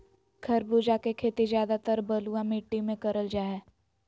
खरबूजा के खेती ज्यादातर बलुआ मिट्टी मे करल जा हय